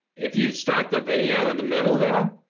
if you start the video in the middle there,